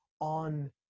on